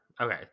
okay